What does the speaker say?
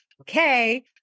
okay